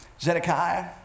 Zedekiah